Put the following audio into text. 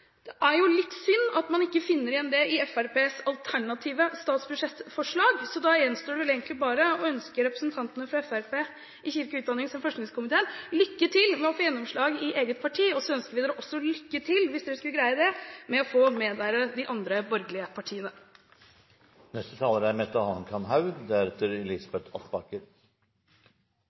Det er jo litt synd at man ikke finner igjen dette i Fremskrittspartiets alternative forslag til statsbudsjett. Da gjenstår det bare å ønske representantene fra Fremskrittspartiet i kirke-, utdannings- og forskningskomiteen lykke til med å få gjennomslag i eget parti, og så ønsker vi dere også lykke til – hvis dere skulle greie det – med å få med de andre borgerlige partiene.